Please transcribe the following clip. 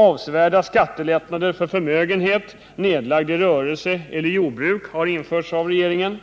Avsevärda skattelättnader för förmögenhet, nedlagd i rörelse eller i jordbruk, har införts av regeringen.